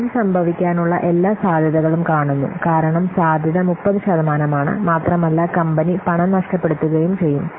ഇത് സംഭവിക്കാനുള്ള എല്ലാ സാധ്യതകളും കാണുന്നു കാരണം സാധ്യത 30 ശതമാനമാണ് മാത്രമല്ല കമ്പനി പണം നഷ്ടപ്പെടുത്തുകയും ചെയ്യും